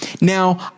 Now